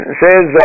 says